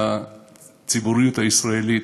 לציבוריות הישראלית,